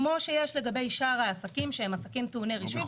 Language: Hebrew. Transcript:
כמו שיש לגבי שאר העסקים שהם עסקים טעוני רישוי,